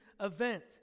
event